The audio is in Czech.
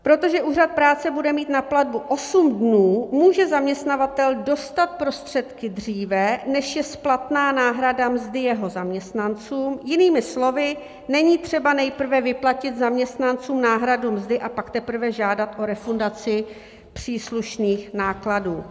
Protože úřad práce bude mít na platbu osm dnů, může zaměstnavatel dostat prostředky dříve, než je splatná náhrada mzdy jeho zaměstnanců, jinými slovy, není třeba nejprve vyplatit zaměstnancům náhradu mzdy a pak teprve žádat o refundaci příslušných nákladů.